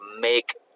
make